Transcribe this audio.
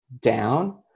down